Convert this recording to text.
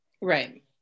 Right